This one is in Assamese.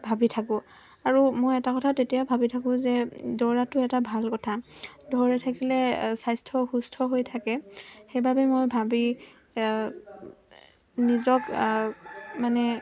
ভাবি থাকোঁ আৰু মই এটা কথা তেতিয়া ভাবি থাকোঁ যে দৌৰাটো এটা ভাল কথা দৌৰি থাকিলে স্বাস্থ্যও অসুস্থ হৈ থাকে সেইবাবে মই ভাবি নিজক মানে